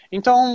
Então